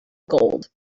gold